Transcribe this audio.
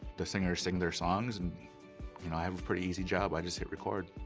the singers sing their songs and you know, i have a pretty easy job i just hit record.